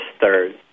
third